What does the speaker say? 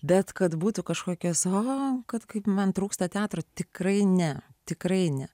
bet kad būtų kažkokia sau kad man trūksta teatro tikrai ne tikrai ne